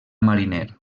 mariner